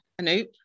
Anoop